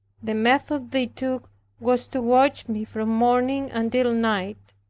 the method they took was to watch me from morning until night.